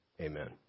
Amen